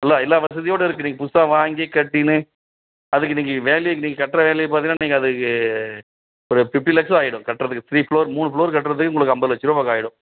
இல்லை எல்லாம் வசதியோடய இருக்குது நீங்கள் புதுசாக வாங்கி கட்டின்னு அதுக்கு நீங்கள் வேல்யூ இன்றைக்கி கட்டுற வேல்யூ பார்த்தீங்கன்னா நீங்கள் அதை க ஒரு ஃபிஃப்ட்டி லேக்ஸும் ஆயிடும் கட்டுறதுக்கு த்ரீ ஃப்ளோர் மூணு ஃப்ளோர் கட்டுறதுக்கு உங்களுக்கு ஐம்பது லட்ச ரூபா பக்கம் ஆயிடும்